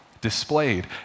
displayed